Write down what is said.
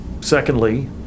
secondly